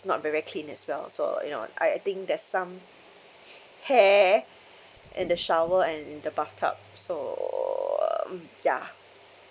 not very clean as well so you know I I think there's some hair in the shower and in the bathtub so uh mm ya